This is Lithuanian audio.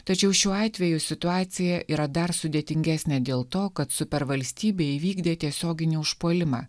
tačiau šiuo atveju situacija yra dar sudėtingesnė dėl to kad supervalstybė įvykdė tiesioginį užpuolimą